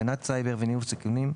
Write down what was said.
הגנת סייבר וניהול סיכונים,